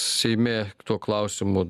seime tuo klausimu